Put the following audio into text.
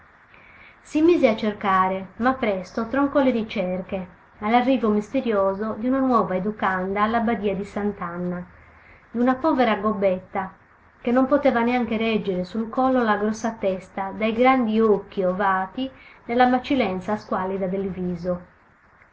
si mise a cercare ma presto troncò le ricerche all'arrivo misterioso di una nuova educanda alla badia di sant'anna d'una povera gobbetta che non poteva neanche reggere sul collo la grossa testa dai grandi occhi ovati nella macilenza squallida del viso